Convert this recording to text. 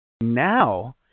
now